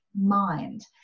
mind